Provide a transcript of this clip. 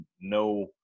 no